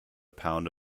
pound